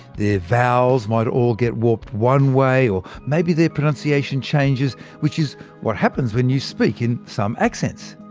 their vowels might all get warped one way, or maybe their pronunciation changes which is what happens when you speak in some accents!